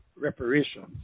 reparations